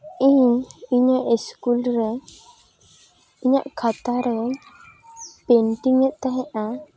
ᱤᱧ ᱤᱧᱟᱹᱜ ᱤᱥᱠᱩᱞ ᱨᱮᱭᱟᱜ ᱤᱧᱟᱹᱜ ᱠᱷᱟᱛᱟ ᱨᱮ ᱯᱮᱱᱴᱤᱝ ᱮᱫ ᱛᱟᱦᱮᱸᱫᱼᱟ